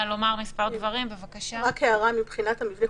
רק הערה מבחינת המבנה.